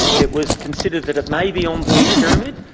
it was considered that it may be on ball's pyramid,